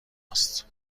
است